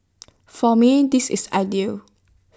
for me this is ideal